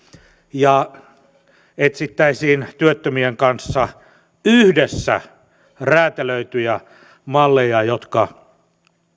ja etsittäisiin työttömien kanssa yhdessä räätälöityjä malleja jotka